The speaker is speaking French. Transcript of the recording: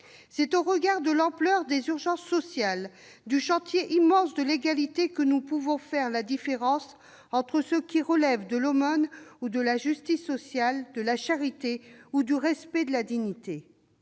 C'est au regard de l'ampleur des urgences sociales et du chantier immense de l'égalité que nous pouvons faire la différence entre ce qui relève de l'aumône ou de la justice sociale, de la charité ou du respect de la dignité.